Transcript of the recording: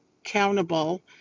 accountable